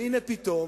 והנה, פתאום,